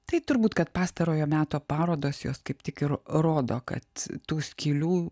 tai turbūt kad pastarojo meto parodos jos kaip tik ir rodo kad tų skylių